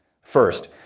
First